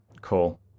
Cool